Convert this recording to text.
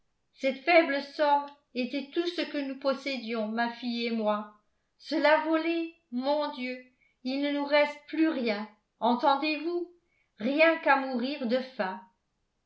cette faible somme était tout ce que nous possédions ma fille et moi cela volé mon dieu il ne nous reste plus rien entendez-vous rien qu'à mourir de faim